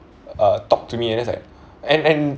uh talk to me and he's like and and